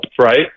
right